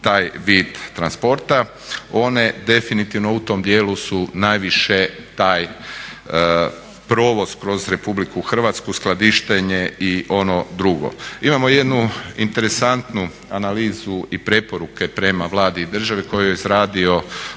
taj vid transporta. One definitivno u tom dijelu su najviše taj provoz kroz Republiku Hrvatsku, skladištenje i ono drugo. Imamo jednu interesantnu analizu i preporuke prema Vladi i državi koju je izradilo